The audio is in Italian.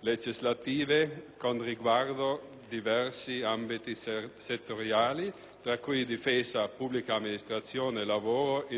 legislative che riguardano diversi ambiti settoriali, tra cui difesa, pubblica amministrazione, lavoro, infrastrutture e trasporti,